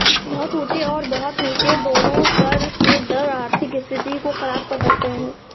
बहुत ऊँचे और बहुत नीचे दोनों कर के दर आर्थिक स्थिति को ख़राब कर सकते हैं